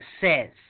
says